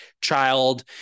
Child